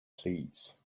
please